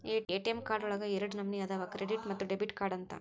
ATM card ಒಳಗ ಎರಡ ನಮನಿ ಅದಾವ ಕ್ರೆಡಿಟ್ ಮತ್ತ ಡೆಬಿಟ್ ಕಾರ್ಡ್ ಅಂತ